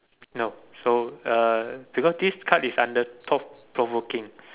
no so uh because this card is under thought provoking